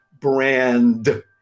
brand